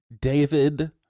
David